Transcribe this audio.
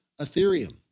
Ethereum